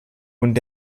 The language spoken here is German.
und